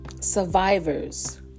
survivors